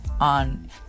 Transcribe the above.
on